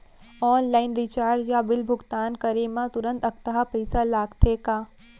Online recharge या bill भुगतान करे मा तुरंत अक्तहा पइसा लागथे का?